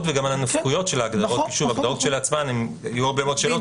אם הוא רק כלי קיבול,